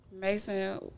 Mason